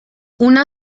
una